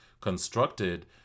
constructed